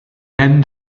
end